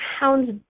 hounds